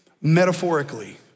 metaphorically